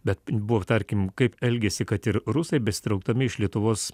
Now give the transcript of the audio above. bet buvo tarkim kaip elgėsi kad ir rusai besitraukdami iš lietuvos